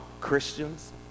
Christians